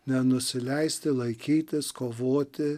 nenusileisti laikytis kovoti